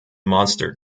monster